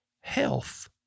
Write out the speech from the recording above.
health